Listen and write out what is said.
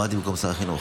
חבר הכנסת משה טור פז,